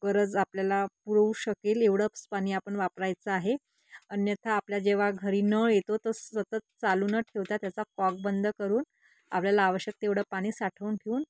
गरज आपल्याला पुरवू शकेल एवढंच पाणी आपण वापरायचं आहे अन्यथा आपल्या जेव्हा घरी नळ येतो तो सतत चालू न ठेवतात त्याचा कॉक बंद करून आपल्याला आवश्यक तेवढं पाणी साठवून ठेवून